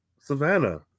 Savannah